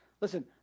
Listen